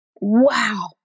Wow